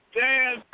Dan